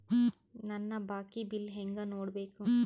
ನನ್ನ ಬಾಕಿ ಬಿಲ್ ಹೆಂಗ ನೋಡ್ಬೇಕು?